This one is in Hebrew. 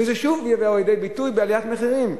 וזה שוב יבוא לידי ביטוי בעליית מחירים.